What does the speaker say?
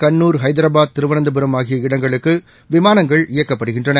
கண்ணூர் ஐதராபாத் திருவனந்தபுரம் ஆகிய இடங்களுக்குவிமானங்கள் இயக்கப்படுகின்றன